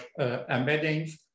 embeddings